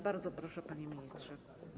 Bardzo proszę, panie ministrze.